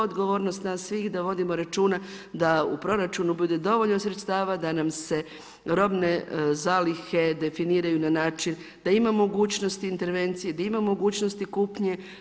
Odgovornost nas svih je da vodimo računa da u proračunu budu dovoljno sredstava da nam se robne zalihe definiraju na način da ima mogućnosti intervencije, da ima mogućnosti kupnje.